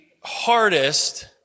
hardest